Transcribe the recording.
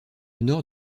nord